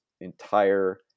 entire